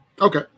Okay